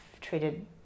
treated